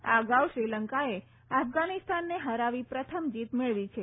આ અગાઉ શ્રીલંકાએ અફઘાનીસ્તાનને ફરાવી પ્રથમ જીત મેળવી છે